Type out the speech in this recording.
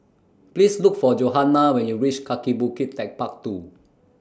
Please Look For Johannah when YOU REACH Kaki Bukit Techpark two